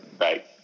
Right